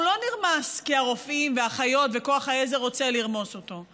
הוא לא נרמס כי הרופאים והאחיות וכוח העזר רוצה לרמוס אותו,